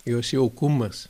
jos jaukumas